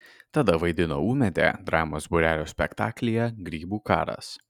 tada vaidino ūmėdę dramos būrelio spektaklyje grybų karas